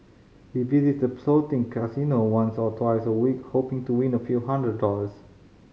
he visit the floating casino once or twice a week hoping to win a few hundred dollars